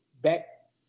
back